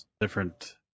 different